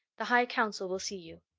the high council will see you.